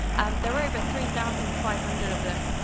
there were over three thousand five hundred of them,